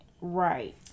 Right